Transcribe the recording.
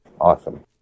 Awesome